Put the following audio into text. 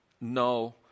no